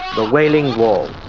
the wailing wall.